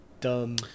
dumb